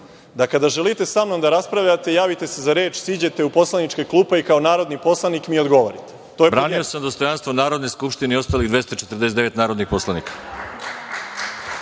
kada želite sa mnom da raspravljate, javite se za reč, siđite dole u poslaničke klupe i kao narodni poslanik mi odgovorite. **Veroljub Arsić** Branio sam dostojanstvo Narodne skupštine i ostalih 249 narodnih poslanika.